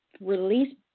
release